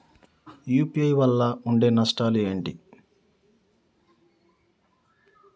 UPI వల్ల ఉండే నష్టాలు ఏంటి??